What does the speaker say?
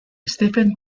stephen